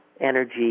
energy